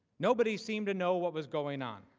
nobody seemed to know what was going on.